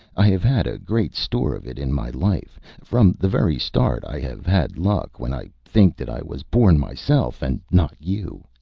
i have had a great store of it in my life. from the very start i have had luck. when i think that i was born myself, and not you,